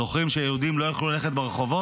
זוכרים שהיהודים לא היו יכולים ללכת ברחובות?